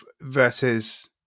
versus